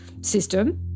system